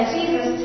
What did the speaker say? Jesus